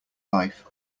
life